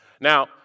Now